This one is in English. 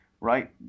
right